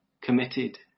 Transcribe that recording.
committed